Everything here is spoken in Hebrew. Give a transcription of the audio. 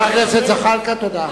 חבר הכנסת זחאלקה, תודה.